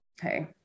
hey